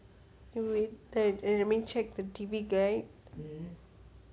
you mean you mean check the T_V guide